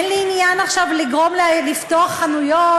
אין לי עניין עכשיו לגרום להם לפתוח חנויות